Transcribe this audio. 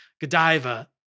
Godiva